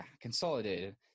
consolidated